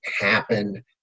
happen